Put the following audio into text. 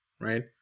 right